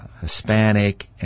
Hispanic